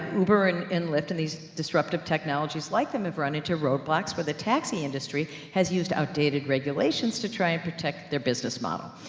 uber and and lyft, and these disruptive technologies like them have run into roadblocks, but the taxi industry has used outdated regulations to try and protect their business model.